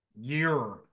year